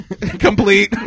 complete